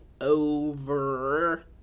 over